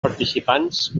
participants